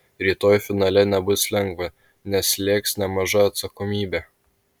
rytoj finale nebus lengva nes slėgs nemaža atsakomybė